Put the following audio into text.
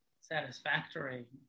satisfactory